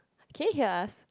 can you hear us